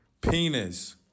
Penis